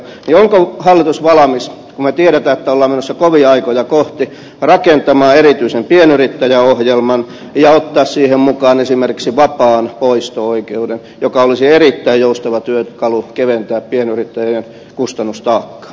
onko hallitus valmis kun me tiedämme että olemme menossa kovia aikoja kohti rakentamaan erityisen pienyrittäjäohjelman ja ottamaan siihen mukaan esimerkiksi vapaan poisto oikeuden joka olisi erittäin joustava työkalu keventää pienyrittäjien kustannustaakkaa